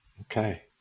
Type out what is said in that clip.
Okay